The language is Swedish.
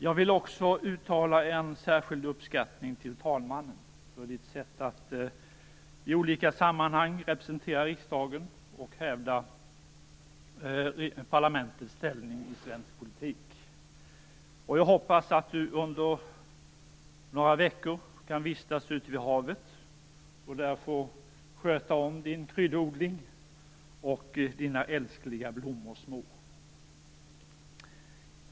Jag vill också uttala särskild uppskattning till talmannen för hennes sätt att i olika sammanhang representera riksdagen och hävda parlamentets ställning i svensk politik. Jag hoppas att talmannen under några veckor kan vistas ute vid havet och där få sköta om sin kryddodling och sina älskliga blommor små.